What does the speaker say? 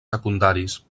secundaris